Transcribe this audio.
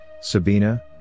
Sabina